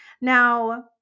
now